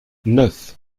neuf